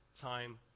time